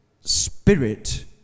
spirit